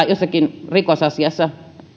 jossakin rikosasiassa